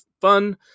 fun